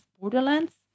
borderlands